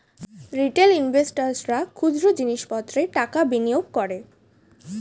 retail ইনভেস্টর্সরা খুচরো জিনিস পত্রে টাকা বিনিয়োগ করে